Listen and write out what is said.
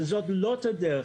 זו לא אותה הדרך.